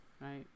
right